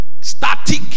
Static